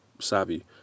savvy